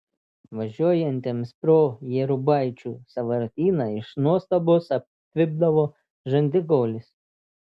važiuojantiems pro jėrubaičių sąvartyną iš nuostabos atvipdavo žandikaulis